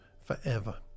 forever